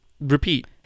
repeat